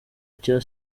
cya